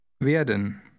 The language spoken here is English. Werden